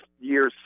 year's